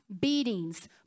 beatings